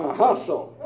hustle